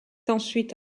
ensuite